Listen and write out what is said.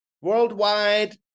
worldwide